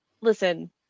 listen